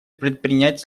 предпринять